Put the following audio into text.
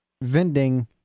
vending